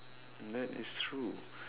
that is true